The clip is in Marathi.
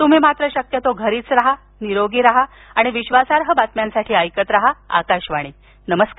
तुम्ही मात्र शक्यतो घरीच राहा निरोगी राहा आणि विश्वासार्ह बातम्यांसाठी ऐकत राहा आकाशवाणी नमस्कार